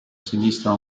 sinistra